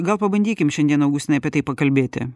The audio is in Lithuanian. gal pabandykim šiandien augustinai apie tai pakalbėti